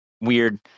weird